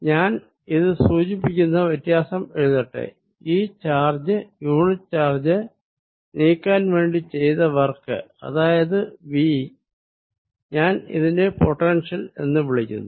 ഞാൻ ഇത് സൂചിപ്പിക്കുന്ന വ്യത്യാസം എഴുതട്ടെ ഈ ചാർജ് യൂണിറ്റ് ചാർജ് നീക്കാൻ വേണ്ടി ചെയ്ത വർക്ക് അതായത് V ഞാൻ ഇതിനെ പൊട്ടൻഷ്യൽ എന്ന് വിളിക്കുന്നു